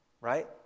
right